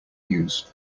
news